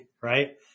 right